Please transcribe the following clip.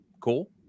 cool